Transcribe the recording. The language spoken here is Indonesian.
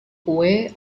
kue